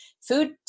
food